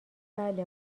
بله